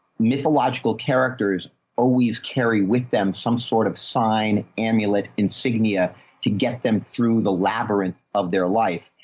mythological characters always carry with them. some sort of sign amulet insignia to get them through the labyrinth of their life.